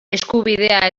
eskubidea